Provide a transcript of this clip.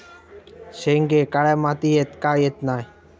शेंगे काळ्या मातीयेत का येत नाय?